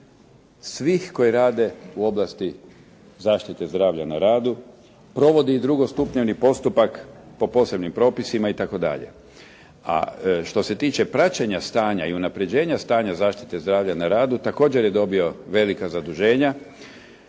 svih koji rade u oblasti zaštite zdravlja na radu, provodi i drugostupanjski postupak po posebnim propisima itd.. A što se tiče praćenja stanja i unaprjeđenja stanja zaštite zdravlja na radu, također je dobio velika zaduženja,